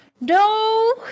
no